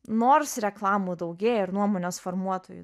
nors reklamų daugėja ir nuomonės formuotojų